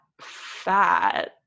fat